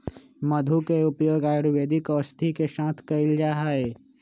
मधु के उपयोग आयुर्वेदिक औषधि के साथ कइल जाहई